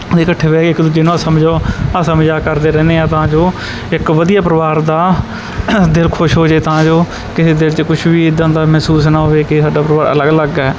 ਅਸੀਂ ਇਕੱਠੇ ਬਹਿ ਕੇ ਇੱਕ ਦੂਜੇ ਨਾਲ ਸਮਝੋ ਹਾਸਾ ਮਜ਼ਾਕ ਕਰਦੇ ਰਹਿੰਦੇ ਹਾਂ ਤਾਂ ਜੋ ਇੱਕ ਵਧੀਆ ਪਰਿਵਾਰ ਦਾ ਦਿਲ ਖੁਸ਼ ਹੋ ਜੇ ਤਾਂ ਜੋ ਕਿਸੇ ਦਿਲ 'ਚ ਕੁਛ ਵੀ ਇੱਦਾਂ ਦਾ ਮਹਿਸੂਸ ਨਾ ਹੋਵੇ ਕਿ ਸਾਡਾ ਪਰਿਵਾਰ ਅਲੱਗ ਅਲੱਗ ਹੈ